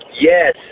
Yes